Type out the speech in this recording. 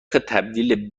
تبدیل